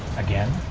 again?